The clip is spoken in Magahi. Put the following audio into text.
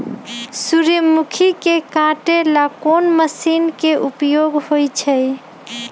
सूर्यमुखी के काटे ला कोंन मशीन के उपयोग होई छइ?